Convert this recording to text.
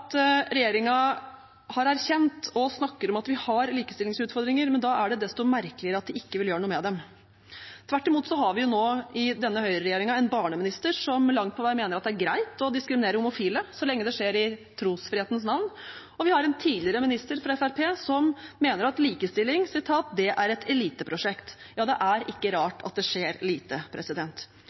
har erkjent og snakker om at vi har likestillingsutfordringer, men da er det desto merkeligere at de ikke vil gjøre noe med dem. Tvert imot har vi nå i denne høyreregjeringen en barneminister som langt på vei mener at det er greit å diskriminere homofile, så lenge det skjer i trosfrihetens navn, og vi har en tidligere minister fra Fremskrittspartiet som mener at likestilling er et eliteprosjekt. Ja, det er ikke rart at det skjer lite.